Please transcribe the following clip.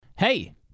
Hey